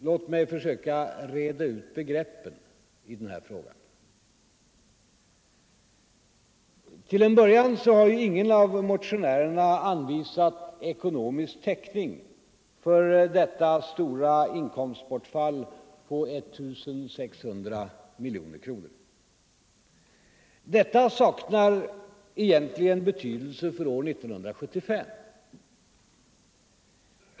Låt mig försöka reda ut begreppen i denna fråga! Till en början har ingen av motionärerna anvisat ekonomisk täckning för detta stora inkomstbortfall på 1600 miljoner kronor. Detta saknar egentligen betydelse för år 1975.